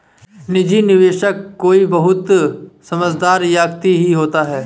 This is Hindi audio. निजी निवेशक कोई बहुत समृद्ध व्यक्ति ही होता है